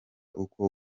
uko